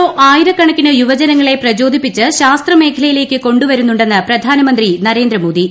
O ആയിരക്കണക്കിന് യുവജനങ്ങളെ പ്രചോദിപ്പിച്ച് ശാസ്ത്രമേഖലയിലേക്ക് കൊണ്ടുവരുന്നുണ്ടെന്ന് പ്രധാനമന്ത്രി നരേന്ദ്രമോദി